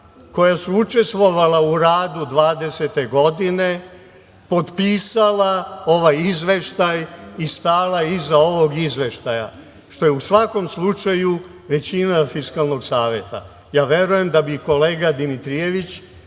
koja su učestvovala u radu 2020. godine, potpisala ovaj izveštaj i stala iza ovog izveštaja, što je u svakom slučaju većina Fiskalnog saveta. Ja verujem da bi i kolega Dimitrijević